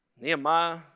Nehemiah